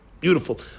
beautiful